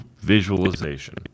visualization